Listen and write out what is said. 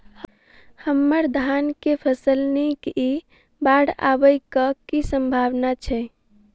हम्मर धान केँ फसल नीक इ बाढ़ आबै कऽ की सम्भावना छै?